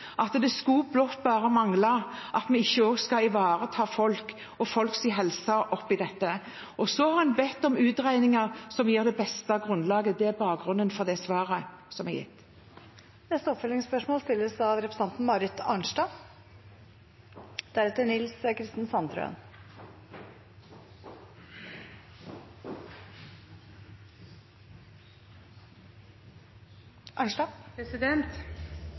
bare skulle mangle at vi ikke skal ivareta folk og folks helse oppi dette, og en har bedt om utregninger som gir det beste grunnlaget. Det er bakgrunnen for svaret som er gitt. Det blir oppfølgingsspørsmål. Først Marit Arnstad.